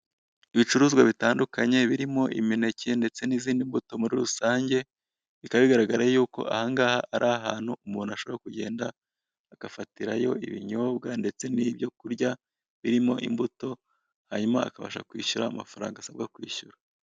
Ibicuruzwa bitandukanye birimo imineke ndetse n'izindi mbuto muri rusange bikaba bigaragara yuko ahangaha ari ahantu umuntu ashobora kugenda agafatirayo ibinyobwa ndetse n'ibyo kurya birimo imbuto hanyuma akabasha kwishyura amafaranga asabwa kwishyura.